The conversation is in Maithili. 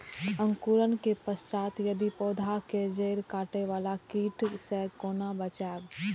अंकुरण के पश्चात यदि पोधा के जैड़ काटे बाला कीट से कोना बचाया?